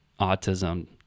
autism